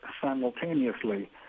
simultaneously